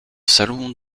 salon